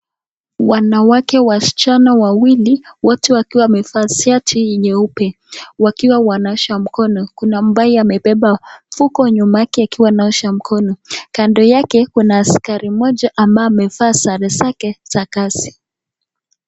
Wanawake wasichana wawili wote wakiwa wamevaa shati nyeupe wakiwa wanaosha mkono, kuna ambaye amebeba mfuko nyuma yake akiwa anaosha mkono, kando yake kuna askari moja ambaye amevaa sare zake za kazi.